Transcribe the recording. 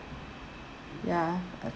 ya uh